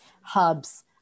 hubs